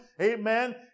Amen